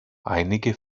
einige